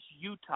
Utah